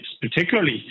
particularly